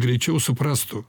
greičiau suprastrų